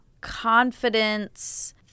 confidence